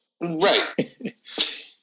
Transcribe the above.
Right